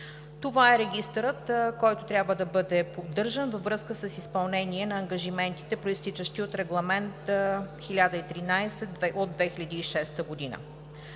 Това е регистърът, който трябва да бъде поддържан във връзка с изпълнение на ангажиментите, произтичащи от Регламент 1013/2006.